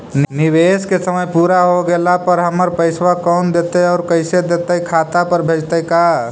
निवेश के समय पुरा हो गेला पर हमर पैसबा कोन देतै और कैसे देतै खाता पर भेजतै का?